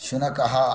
शुनकः